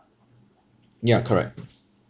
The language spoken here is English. ya correct